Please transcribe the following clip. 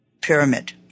pyramid